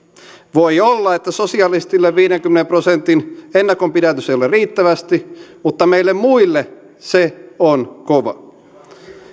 voi olla että sosialistille viidenkymmenen prosentin ennakonpidätys ei ole riittävästi mutta meille muille se on kova